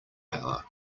power